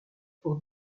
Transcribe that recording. pour